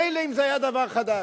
מילא אם זה היה דבר חדש,